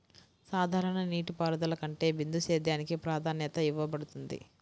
సాధారణ నీటిపారుదల కంటే బిందు సేద్యానికి ప్రాధాన్యత ఇవ్వబడుతుంది